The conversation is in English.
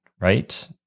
right